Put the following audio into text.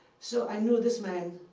so i know this man.